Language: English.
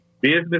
business